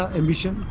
ambition